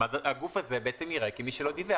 כלומר, הגוף הזה בעצם ייראה כמי שלא דיווח.